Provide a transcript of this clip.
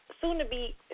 Soon-to-be